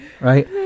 Right